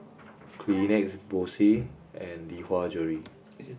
Kleenex Bose and Lee Hwa Jewellery